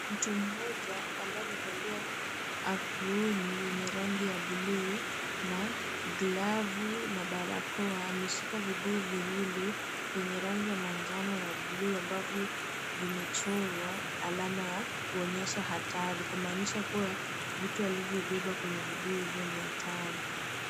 Mtu mmoja, ambaye amevalia aproni yenye rangi ya buluu na glovu na barakoa. Ameshika vibuyu viwili, vyenye rangi ya manjano na buluu, ambavyo vimechorwa alama ya kuonyesha hatari. Kumanisha kuwa, vitu alivyobeba kwenye vibuyu hivyo ni hatari.